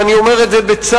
ואני אומר את זה בצער,